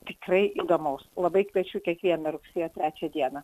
tikrai įdomaus labai kviečiu kiekvieną rugsėjo trečią dieną